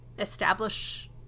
Establish